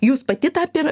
jūs pati tą pir